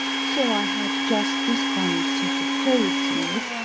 so i had just this one suit of clothes made,